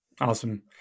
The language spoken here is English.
Awesome